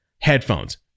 headphones